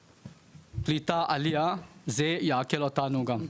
בקליטה והעלייה, זה יקל עלינו גם.